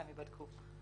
והם ייבדקו.